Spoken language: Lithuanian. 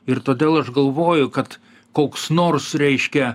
ir todėl aš galvoju kad koks nors reiškia